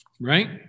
right